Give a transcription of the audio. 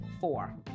four